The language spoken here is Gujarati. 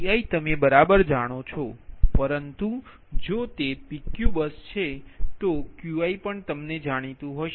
Pi તમે બરાબર જાણો છો પરંતુ જો તે PQ બસ છે તો Qi પણ તમને જાણીતુ હશે